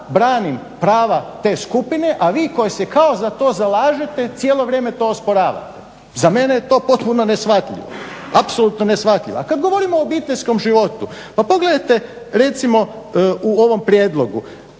branim prava te skupine a vi koja se kao za to zalažete cijelo vrijeme to osporavate. Za mene je to potpuno neshvatljivo. Apsolutno neshvatljivo. A kada govorimo o obiteljskom životu, pa pogledajte recimo u ovom prijedlogu